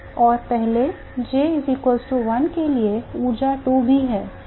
और पहले J 1 के लिए ऊर्जा 2B है